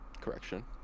Correction